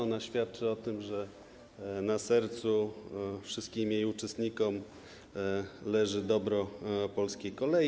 Ona świadczy o tym, że na sercu wszystkim jej uczestnikom leży dobro polskiej kolei.